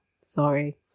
Sorry